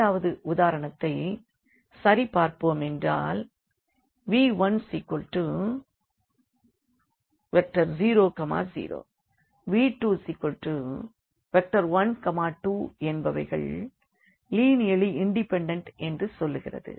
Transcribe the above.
இரண்டாவது உதாரணத்தைச் சரிபார்ப்போமென்றால் v100v212என்பவைகள் லீனியர்லி இண்டிபெண்டன்ட் என்று சொல்கிறது